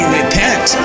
repent